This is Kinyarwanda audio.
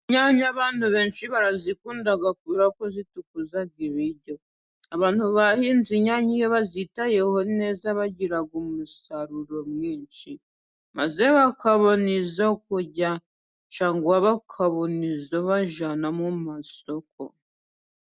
Inyanya abantu benshi barazikunda kuberako zitukuza ibiryo, abantu bahinze inyanya iyo bazitayeho neza bagira umusaruro mwinshi ,maze bakabona n'izo kurya cyangwa bakabona izo bajyana mu masoko.